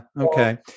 Okay